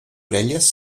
orelles